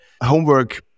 Homework